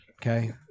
Okay